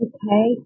Okay